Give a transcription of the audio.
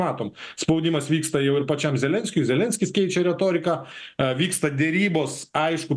matom spaudimas vyksta jau ir pačiam zelenskiui zelenskis keičia retoriką vyksta derybos aišku